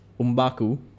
Umbaku